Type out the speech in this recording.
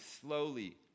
slowly